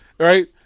Right